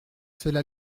cela